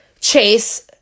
chase